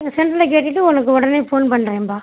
எங்கள் சென்டரில் கேட்டுவிட்டு உனக்கு உடனே ஃபோன் பண்றேன்பா